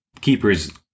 keeper's